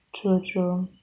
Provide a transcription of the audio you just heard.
true true